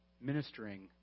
ministering